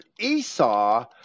Esau